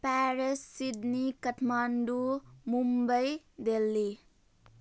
Paris Sydney Kathmandu Mumbai Delhi